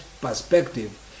perspective